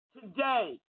Today